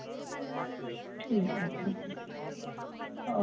ठीक ऐ ठीक ओके